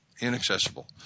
inaccessible